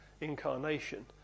incarnation